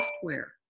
software